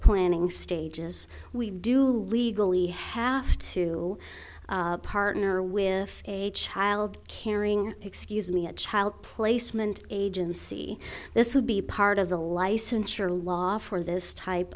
planning stages we do legally have to partner with a child caring excuse me a child placement agency this would be part of the licensure law for this type